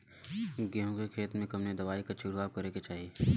गेहूँ के खेत मे कवने दवाई क छिड़काव करे के चाही?